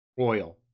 Oil